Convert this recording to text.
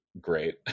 great